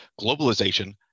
globalization